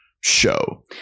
show